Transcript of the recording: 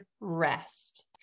rest